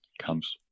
comes